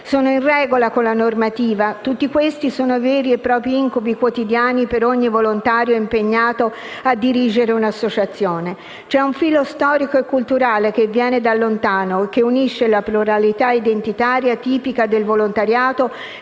«Sono in regola con la normativa?». Tutti questi sono veri e propri incubi quotidiani per ogni volontario impegnato a dirigere un'associazione. C'è un filo storico e culturale che viene da lontano e che unisce la pluralità identitaria tipica del volontariato